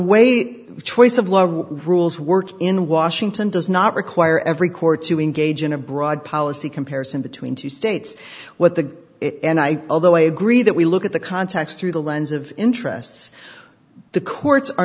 way the choice of law rules work in washington does not require every court to engage in a broad policy comparison between two states what the and i although i agree that we look at the context through the lens of interests the court